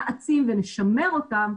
נעצים ונשמר אותם,